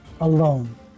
alone